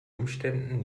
umständen